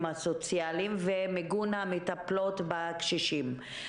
הסוציאליים ומיגון המטפלות בקשישים.